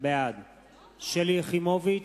בעד שלי יחימוביץ,